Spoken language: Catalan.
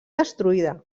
destruïda